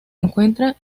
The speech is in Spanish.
encuentra